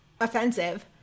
offensive